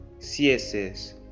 CSS